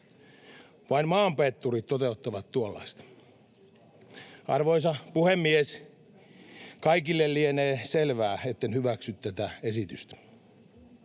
Vain maanpetturit toteuttavat tuollaista. Arvoisa puhemies! Kaikille lienee selvää, etten hyväksy tätä esitystä